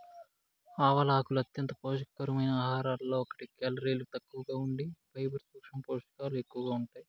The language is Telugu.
ఆవాల ఆకులు అంత్యంత పోషక కరమైన ఆహారాలలో ఒకటి, కేలరీలు తక్కువగా ఉండి ఫైబర్, సూక్ష్మ పోషకాలు ఎక్కువగా ఉంటాయి